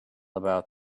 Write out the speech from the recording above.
about